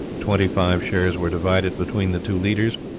twenty-five shares were divided between the two leaders,